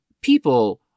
people